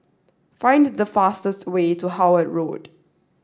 find the fastest way to Howard Road